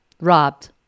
robbed